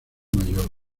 mayor